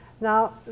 Now